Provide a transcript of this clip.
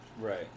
Right